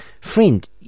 Friend